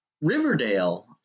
Riverdale